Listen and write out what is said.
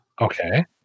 Okay